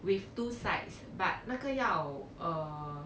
with two sides but 那个要 err